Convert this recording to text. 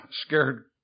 scared